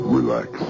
Relax